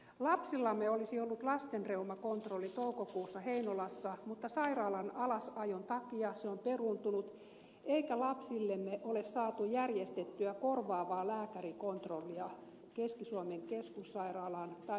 lapsillamme olisi ollut lastenreumakontrolli toukokuussa heinolassa mutta sairaalan alasajon takia se on peruuntunut eikä lapsillemme ole saatu järjestettyä korvaavaa lääkärikontrollia keski suomen keskussairaalaan tai lähimpään yliopistosairaalaan